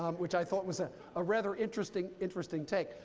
um which i thought was a rather interesting interesting take.